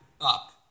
up